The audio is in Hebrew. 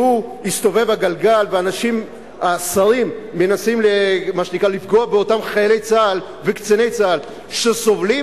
הגלגל והשרים מנסים לפגוע באותם חיילים צה"ל וקציני צה"ל שסובלים